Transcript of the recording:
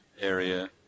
area